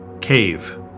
Cave